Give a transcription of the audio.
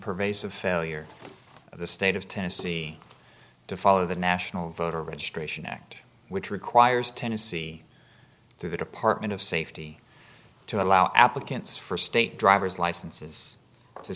pervasive failure of the state of tennessee to follow the national voter registration act which requires tennessee through the department of safety to allow applicants for state driver's licenses to